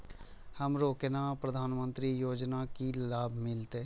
हमरो केना प्रधानमंत्री योजना की लाभ मिलते?